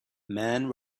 man